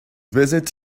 visit